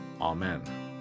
Amen